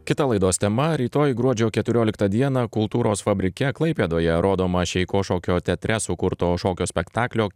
kita laidos tema rytoj gruodžio keturioliktą dieną kultūros fabrike klaipėdoje rodomą šeiko šokio teatre sukurto šokio spektaklio